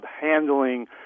handling